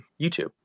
youtube